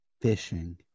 fishing